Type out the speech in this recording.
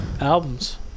Albums